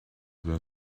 were